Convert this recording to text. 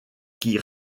qui